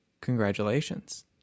Congratulations